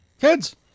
Kids